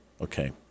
Okay